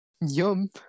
Yum